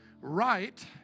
right